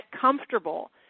comfortable